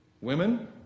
Women